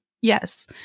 Yes